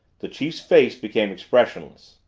the chief's face became expressionless.